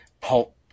pulp